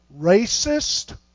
racist